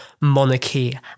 monarchy